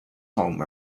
home